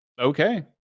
Okay